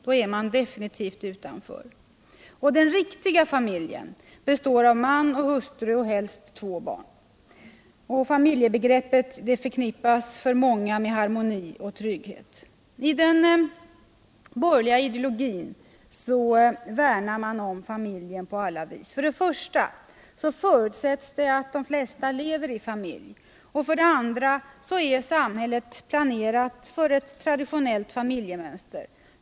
Då är man definitivt utanför. Och den ”riktiga” familjen består av man och hustru och helst två barn, och familjebegreppet förknippas av många med harmoni och trygghet. I den borgerliga ideologin värnar man om familjen på alla vis. För det första förutsätts att de flesta lever i familj, och för det andra är samhället planerat för ett traditionellt familjemönster.